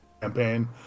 campaign